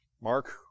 Mark